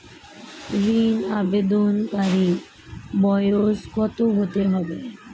ঋন আবেদনকারী বয়স কত হতে হবে?